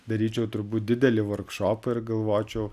daryčiau turbūt didelį vorkšopą ir galvočiau